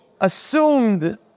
assumed